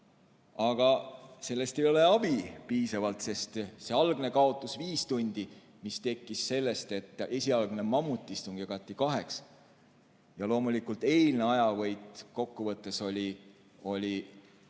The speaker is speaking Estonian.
Aga sellest ei ole piisavalt abi, sest algne kaotus viis tundi, mis tekkis sellest, et esialgne mammutistung jagati kaheks, ja loomulikult eilne ajavõit kokku võttes oli meie